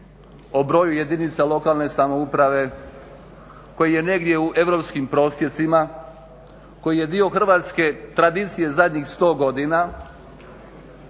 o broju jedinica lokalne samouprave koji je negdje u europskim procesima, koji je dio hrvatske tradicije zadnjih 100 godina